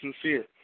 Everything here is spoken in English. sincere